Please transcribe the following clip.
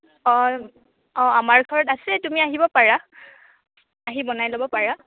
অঁ অঁ আমাৰ ঘৰত আছে তুমি আহিব পাৰা আহি বনাই ল'ব পাৰা